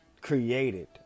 created